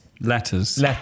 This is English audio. Letters